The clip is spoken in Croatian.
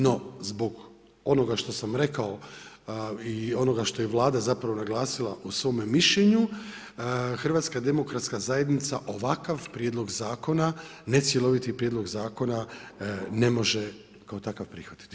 No, zbog onoga što sam rekao i onoga što je Vlada zapravo naglasila u svome mišljenju, Hrvatska demokratska zajednica ovakav Prijedlog zakona necjeloviti Prijedlog zakona ne može kao takav prihvatiti.